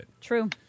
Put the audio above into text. True